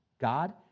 God